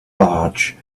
large